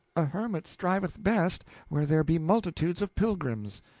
a hermit thriveth best where there be multitudes of pilgrims.